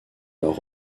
leur